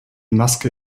maske